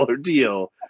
deal